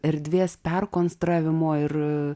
erdvės perkonstravimo ir